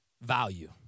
value